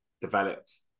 developed